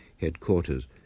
headquarters